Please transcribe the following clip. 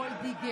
ווֺלדיגר.